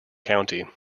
county